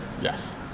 Yes